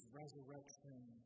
resurrection